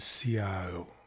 CIO